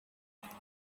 space